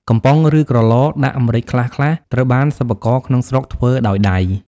កំប៉ុង ឬ ក្រឡដាក់ម្រេចខ្លះៗ ត្រូវបានសិប្បករក្នុងស្រុកធ្វើដោយដៃ។